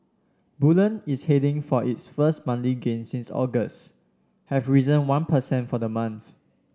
bullion is heading for its first monthly gain since August having risen one per cent for the month